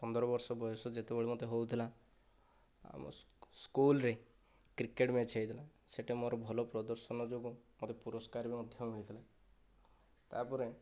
ପନ୍ଦର ବର୍ଷ ବୟସ ଯେତେବେଳେ ମୋତେ ହେଉଥିଲା ଆମ ସ୍କୁଲରେ କ୍ରିକେଟ ମ୍ୟାଚ ହୋଇଥିଲା ସେଇଠି ମୋର ଭଲ ପ୍ରଦର୍ଶନ ଯୋଗୁଁ ମୋତେ ପୁରଷ୍କାର ମଧ୍ୟ ମିଳିଥିଲା ତା'ପରେ